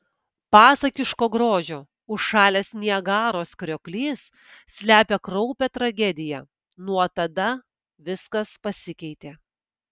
pasakiško grožio užšalęs niagaros krioklys slepia kraupią tragediją nuo tada viskas pasikeitė